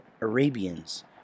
Arabians